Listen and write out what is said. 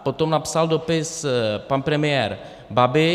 Potom napsal dopis pan premiér Babiš.